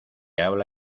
habla